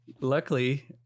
luckily